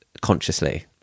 consciously